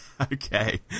okay